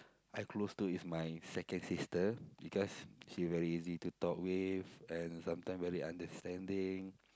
I close to is my second sister because she very easy to talk with and sometime very understanding